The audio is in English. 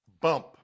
bump